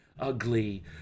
Ugly